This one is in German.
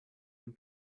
und